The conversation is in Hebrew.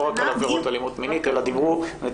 לא רק על עבירות אלימות מינית.